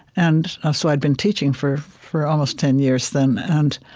and ah so i'd been teaching for for almost ten years then and,